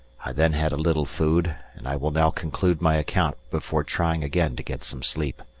i then had a little food, and i will now conclude my account before trying again to get some sleep.